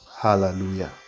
Hallelujah